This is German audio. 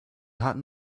hatten